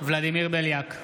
ולדימיר בליאק,